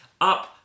up